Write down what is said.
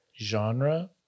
genre